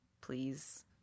please